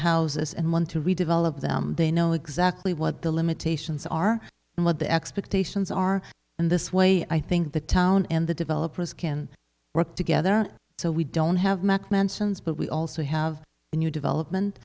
houses and want to redevelop them they know exactly what the limitations are and what the expectations are and this way i think the town and the developers can work together so we don't have mike mentions but we also have a new development